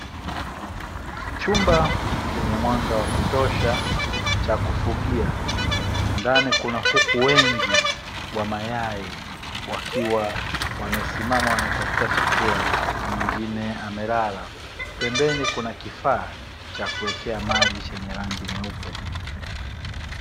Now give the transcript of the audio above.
Chumba chenye mwanga wa kutosha cha kufugia, ndani kuna kuku wengi wa mayai wakiwa wamesimama wanatafuta chakula mwingine amelala, pembeni kuna kifaa cha kuwekea maji chenye rangi nyeupe.